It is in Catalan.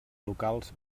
locals